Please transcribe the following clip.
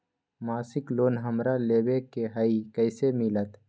मासिक लोन हमरा लेवे के हई कैसे मिलत?